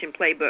playbook